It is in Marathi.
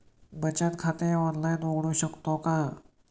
बचत खाते ऑनलाइन उघडू शकतो का?